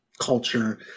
culture